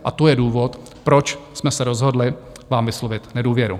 A to je důvod, proč jsme se rozhodli vám vyslovit nedůvěru.